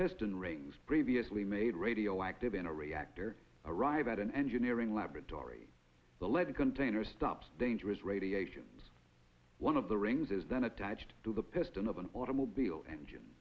piston rings previously made radioactive in a reactor arrive at an engineering laboratory the lead container stops dangerous radiations one of the rings is then attached to the piston of an automobile engine